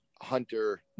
hunter